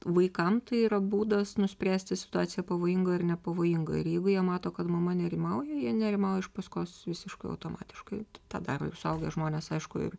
vaikam tai yra būdas nuspręsti situacija pavojinga ar nepavojinga ir jeigu jie mato kad mama nerimauja jie nerimauja iš paskos visiškai automatiškai tą daro ir suaugę žmonės aišku ir